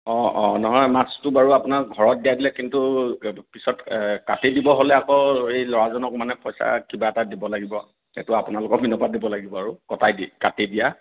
হয় হয় নহয় মাছটো বাৰু আপোনাক ঘৰত দিয়াই দিলে কিন্তু পিছত কাটি দিবলৈ হ'লে আকৌ এই ল'ৰাজনকো মানে পইচা কিবা এটা দিব লাগিব এইটো আপোনালোকৰ পিনপা দিব লাগিব আৰু কটাই দি কাটি দিয়া